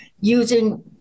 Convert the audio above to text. using